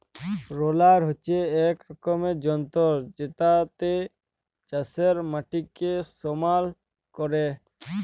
roller হচ্যে এক রকমের যন্ত্র জেতাতে চাষের মাটিকে সমাল ক্যরে